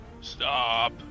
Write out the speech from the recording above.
stop